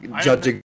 Judging